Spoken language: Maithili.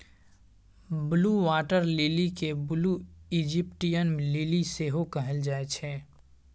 ब्लु बाटर लिली केँ ब्लु इजिप्टियन लिली सेहो कहल जाइ छै